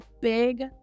big